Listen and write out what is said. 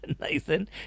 Nathan